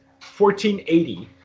1480